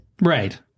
Right